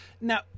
Now